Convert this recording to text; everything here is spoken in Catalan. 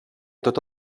tot